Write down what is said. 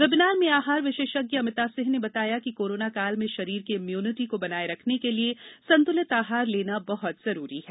webinar में आहार विशेषज्ञ अमिता सिंह ने बताया कि कोरोना काल में शरीर की इम्यूनिटी को बनाए रखने के लिए संतुलित आहार लेना बहुत जरूरी है